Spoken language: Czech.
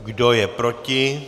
Kdo je proti?